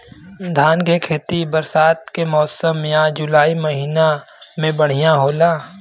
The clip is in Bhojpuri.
धान के खेती बरसात के मौसम या जुलाई महीना में बढ़ियां होला?